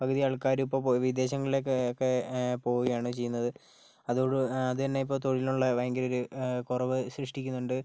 പകുതി ആൾക്കാരും ഇപ്പോൾ വിദേശങ്ങളിലേക്കൊക്കെ പോവുകയാണ് ചെയ്യുന്നത് അതോടുകു അത് തന്നെ ഇപ്പോൾ തൊഴിനിലുള്ള ഭയങ്കര ഒരു കുറവ് സൃഷ്ടിക്കുന്നുണ്ട്